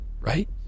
right